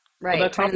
right